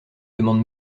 demande